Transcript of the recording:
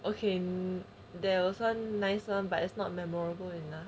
okay there was one nicer but it's not memorable enough